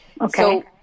Okay